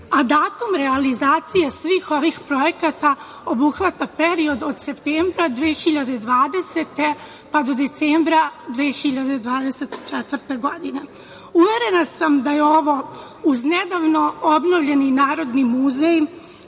a datum realizacije svih ovih projekata obuhvata period od septembra 2020. do decembra 2024. godine. Uverena sam da je ovo, uz nedavno obnovljeni Narodni muzej